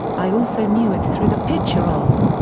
i also knew it threw the pitcher off.